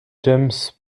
james